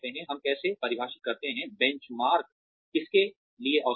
हम कैसे परिभाषित करते हैं बेंचमार्क किसके लिए औसत है